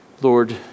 Lord